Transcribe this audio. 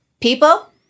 people